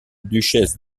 duchesse